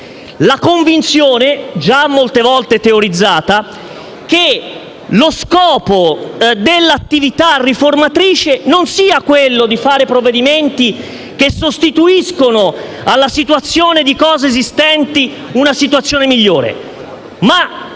la convinzione, già molte volte teorizzata, che lo scopo dell'attività riformatrice sia di fare non provvedimenti che sostituiscono alla situazione di cose esistenti una situazione migliore, ma